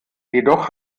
jedoch